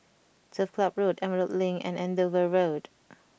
Turf Club Road Emerald Link and Andover Road